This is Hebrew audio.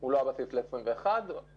על מה הן מסתמכות לגבי תקציב משרד החוץ ב-2021?